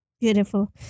beautiful